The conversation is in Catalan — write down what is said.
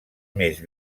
més